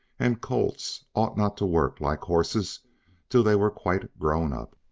and colts ought not to work like horses till they were quite grown up.